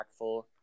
impactful